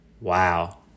wow